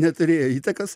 neturėjo įtakos